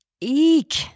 Eek